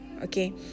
Okay